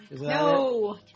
No